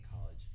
college